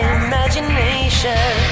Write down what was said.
imagination